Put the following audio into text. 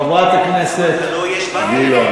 חברת הכנסת גלאון.